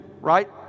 right